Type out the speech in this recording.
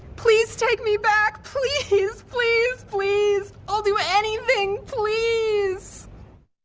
please take me back! please please please! i'll do anything! please!